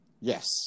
Yes